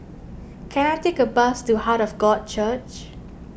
can I take a bus to Heart of God Church